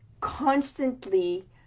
constantly